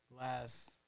last